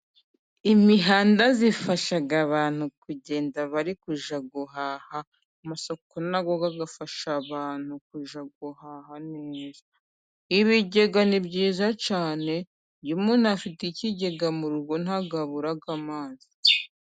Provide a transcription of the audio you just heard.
Imihanda ifasha abantu kugenda bari kujya guhaha, amasoko na yo agafasha abantu kujya guhaha neza, ibigega ni byiza cyane umuntu afite ikigega mu rugo ntabwo abura amazi.